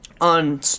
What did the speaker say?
On